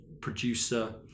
producer